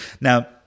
Now